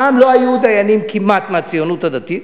פעם לא היו דיינים כמעט מהציונות הדתית,